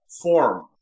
form